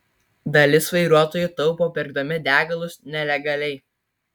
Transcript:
dalis vairuotojų taupo pirkdami degalus nelegaliai